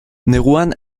neguan